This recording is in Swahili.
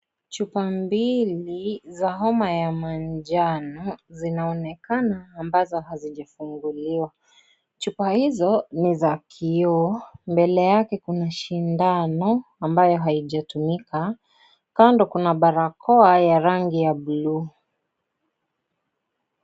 Chupa mbili za homa ya manjano zinaonekana ambazo hazijafunguliwa, chupa hizo ni za kioo, mbele yake kuna shindano ambayo haijatumika, kando kuna barakoa ya rangi ya bulu.